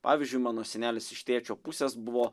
pavyzdžiui mano senelis iš tėčio pusės buvo